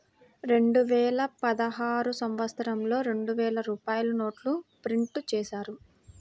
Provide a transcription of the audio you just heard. రెండువేల పదహారు సంవత్సరంలో రెండు వేల రూపాయల నోట్లు ప్రింటు చేశారు